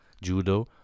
judo